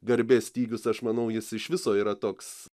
garbės stygius aš manau jis iš viso yra toks